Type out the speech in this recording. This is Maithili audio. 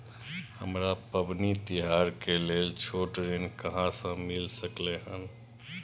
हमरा पबनी तिहार के लेल छोट ऋण कहाँ से मिल सकलय हन?